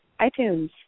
iTunes